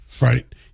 right